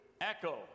echo